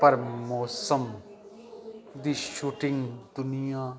ਪਰ ਮੌਸਮ ਦੀ ਸ਼ੂਟਿੰਗ ਦੁਨੀਆ